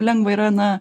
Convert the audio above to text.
lengva yra na